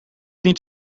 niet